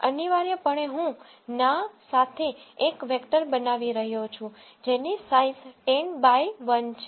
અનિવાર્યપણે હું નાNA સાથે એક વેક્ટર બનાવી રહ્યો છું જેની સાઈઝ 10 બાય 1 છે